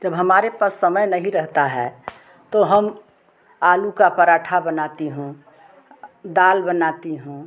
जब हमारे पास समय नहीं रहता है तो हम आलू का पराठा बनाती हूँ दाल बनाती हूँ